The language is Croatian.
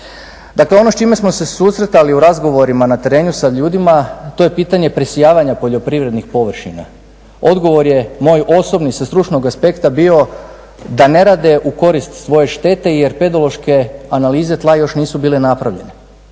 Dakle, ono s čime smo se susretali u razgovorima na terenu sa ljudima, to je pitanje presijavanja poljoprivrednih površina, odgovor je, moj osobni sa stručnog aspekta bio da ne rade u korist svoje štete jer podološke analize tla još nisu bile napravljene.